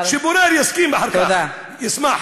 שפורר יסכים אחר כך, ישמח.